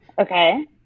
Okay